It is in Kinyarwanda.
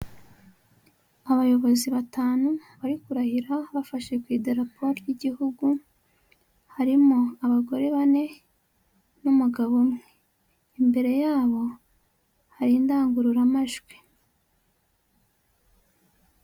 Abayobozi batanu bari kurahira bafashe ku idarapo ry'igihugu harimo abagore bane n'umugabo umwe imbere yabo hari indangururamajwi.